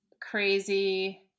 crazy